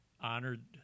honored